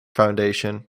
foundation